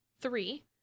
Three